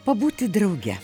pabūti drauge